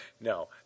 No